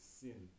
sin